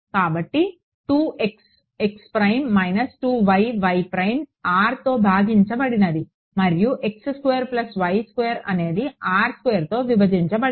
కాబట్టి Rతో భాగించబడినది మరియు x2 y2 అనేది R2తో విభజించబడింది